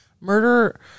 murder